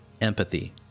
Empathy